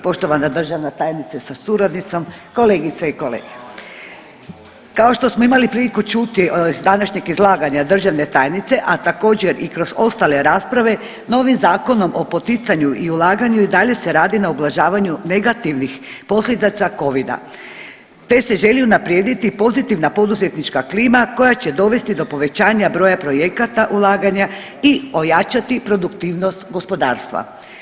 Poštovana državna tajnice sa suradnicom, kolegice i kolege, kao što smo imali priliku čuti iz današnjeg izlaganja državne tajnice, a također i kroz ostale rasprave novim Zakonom o poticanju i ulaganju i dalje se radi na ublažavanju negativnih posljedica Covida te se želi unaprijediti pozitivna poduzetnička klima koja će dovesti do povećanja broja projekata ulaganja i ojačati produktivnost gospodarstva.